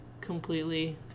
completely